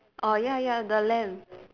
ah ya ya the land